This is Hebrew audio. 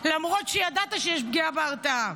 למרות שידעת שיש פגיעה בהרתעה,